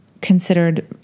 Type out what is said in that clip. considered